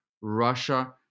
Russia